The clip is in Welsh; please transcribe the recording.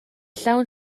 llawn